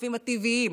השותפים הטבעיים,